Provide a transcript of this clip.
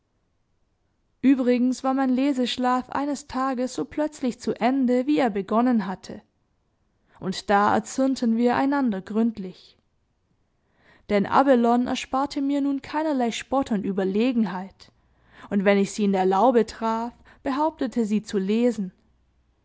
übrigens war mein leseschlaf eines tages so plötzlich zu ende wie er begonnen hatte und da erzürnten wir einander gründlich denn abelone ersparte mir nun keinerlei spott und überlegenheit und wenn ich sie in der laube traf behauptete sie zu lesen